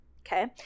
Okay